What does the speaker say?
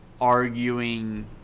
arguing